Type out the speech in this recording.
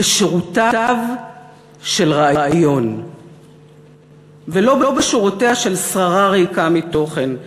בשורותיו של רעיון ולא בשורותיה של שררה ריקה מתוכן,